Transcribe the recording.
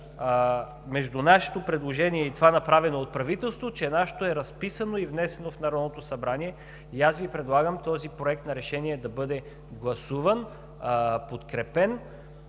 между нашето предложение и това, направено от правителството, е, че нашето е разписано и внесено в Народното събрание и аз Ви предлагам този проект на решение да бъде гласуван и подкрепен.